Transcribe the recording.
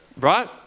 right